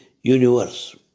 universe